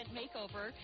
makeover